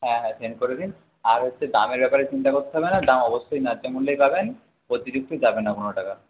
হ্যাঁ হ্যাঁ সেন্ড করে দিন আর হচ্ছে দামের ব্যাপারে চিন্তা করতে হবে না দাম অবশ্যই ন্যায্য মূল্যেই পাবেন অতিরিক্ত যাবে না কোনও টাকা